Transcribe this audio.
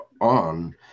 on